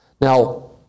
Now